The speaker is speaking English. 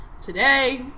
today